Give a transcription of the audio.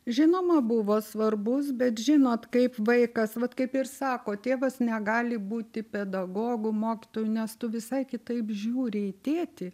žinoma buvo svarbus bet žinot kaip vaikas vat kaip ir sako tėvas negali būti pedagogu mokytoju nes tu visai kitaip žiūri į tėtį